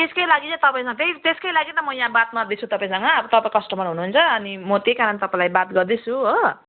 त्यसकै लागि चाहिँ तपाईँसँग त्यही त्यसकै लागि त म यहाँ बात मार्दैछु तपाईँसँग अब तपाईँ कस्टमर हुनुहुन्छ अनि म त्यही कारण तपईँलाई बात गर्दैछु हो